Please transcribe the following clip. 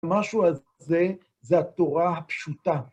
משהו הזה זה התורה הפשוטה.